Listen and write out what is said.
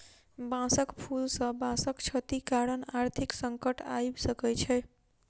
बांसक फूल सॅ बांसक क्षति कारण आर्थिक संकट आइब सकै छै